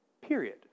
Period